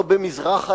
לא במזרח העיר,